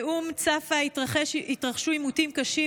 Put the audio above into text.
באום צפא התרחשו עימותים קשים,